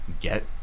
get